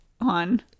on